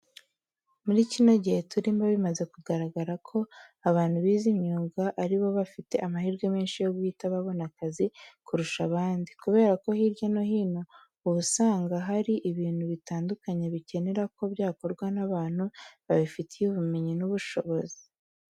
Muri kino gihe turimo bimaze kugaragara ko abantu bize imyuga ari bo bafite amahirwe menshi yo guhita babona akazi kurusha abandi, kubera ko hirya no hino uba usanga hari ibintu bitandukanye bikenera ko byakorwa n'abantu babifitiye ubumenyi n'ubushobozi.